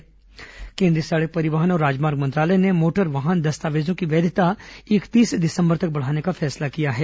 licence permit वैधता केन्द्रीय सड़क परिवहन और राजमार्ग मंत्रालय ने मोटर वाहन दस्तावेजों की वैधता इकतीस दिसंबर तक बढ़ाने का फैसला किया है